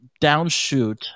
downshoot